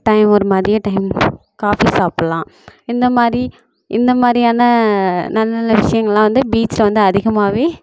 time ஒரு மதிய time coffee சாப்பிட்லாம் இந்த மாதிரி இந்த மாதிரியான நல்ல நல்ல விஷயங்கள்லாம் வந்து பீச்சில் வந்து அதிகமாகவே